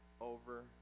over